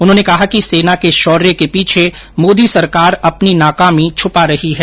उन्होंने कहा कि सेना के शोर्य के पीछे मोदी सरकार अपनी नाकामी छुपा रही है